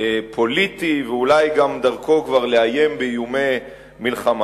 פוליטי ואולי דרכו גם לאיים באיומי מלחמה.